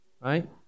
right